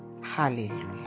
Hallelujah